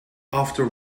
after